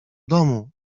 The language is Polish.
domu